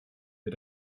mit